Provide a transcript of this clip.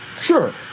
Sure